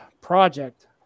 project